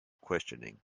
questioning